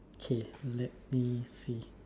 okay let me see